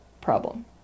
problem